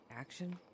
action